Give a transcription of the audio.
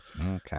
okay